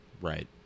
Right